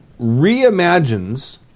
reimagines